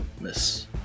Miss